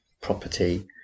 property